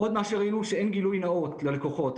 עוד מה שראינו זה שאין גילוי נאות ללקוחות,